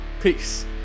peace